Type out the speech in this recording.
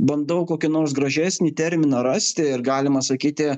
bandau kokį nors gražesnį terminą rasti ir galima sakyti